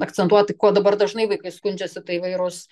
akcentuot kuo dabar dažnai vaikai skundžiasi tai įvairūs